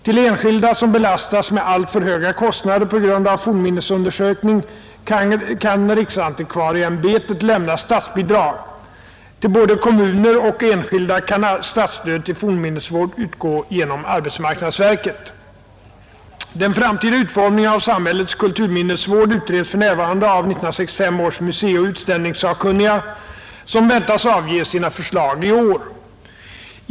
Till enskilda som belastas med alltför höga kostnader på grund av fornminnesundersökning kan riksantikvarieämbetet lämna statsbidrag. Till både kommuner och enskilda kan statsstöd till fornminnesvård utgå genom arbetsmarknadsverket. Den framtida utformningen av samhällets kulturminnesvård utreds för närvarande av 1965 års museioch utställningssakkunniga, som väntas avge sina förslag i år.